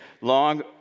long